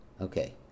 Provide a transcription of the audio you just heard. Okay